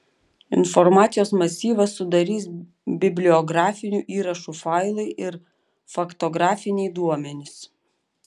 informacijos masyvą sudarys bibliografinių įrašų failai ir faktografiniai duomenys